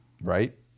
right